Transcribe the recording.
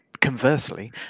conversely